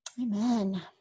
Amen